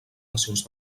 nacions